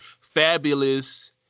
fabulous